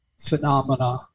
phenomena